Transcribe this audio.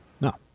No